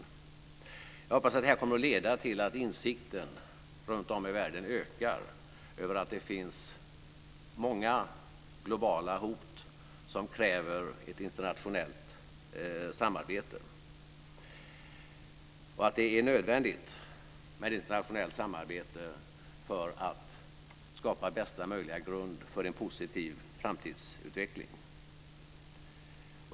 Jag hoppas att detta leder till att insikten runtom i världen ökar om att det finns många globala hot som kräver ett internationellt samarbete och om att det är nödvändigt med internationellt samarbete för att skapa bästa möjliga grund för en positiv framtidsutveckling.